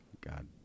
God